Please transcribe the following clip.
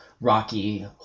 Rocky